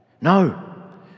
No